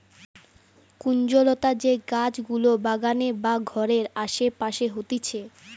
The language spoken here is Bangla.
কুঞ্জলতা যে গাছ গুলা বাগানে বা ঘরের আসে পাশে হতিছে